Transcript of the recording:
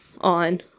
on